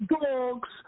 Dogs